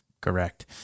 Correct